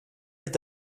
est